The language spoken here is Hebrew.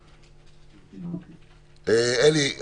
אלי,